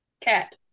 Cat